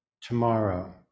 tomorrow